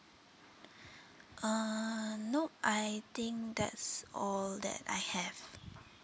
uh no I think that's all that I have